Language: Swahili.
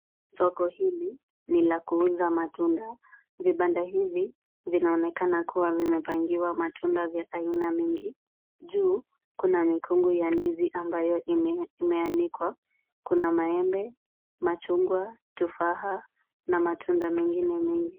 Soko hili ni la kuuza matunda. Vibanda hivi, vinaonekana kuwa vimepangiwa matunda vya aina mingi. Juu kuna mikungu ya ndizi ambayo imeanikwa. Kuna maembe, machungwa, tofaha na matunda mengine mengi.